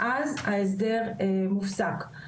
אז ההסדר מופסק.